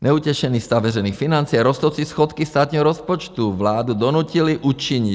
Neutěšený stav veřejných financí a rostoucí schodky státního rozpočtu vládu donutily učinit...